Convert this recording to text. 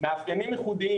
מאפיינים יחודיים,